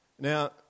Now